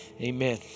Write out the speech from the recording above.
amen